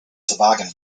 toboggan